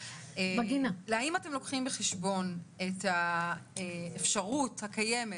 האם אתם לוקחים בחשבון את האפשרות הקיימת